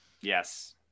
Yes